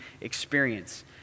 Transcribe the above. experience